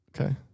Okay